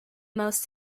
most